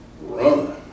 run